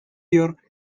your